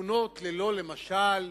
שכונות ללא, למשל,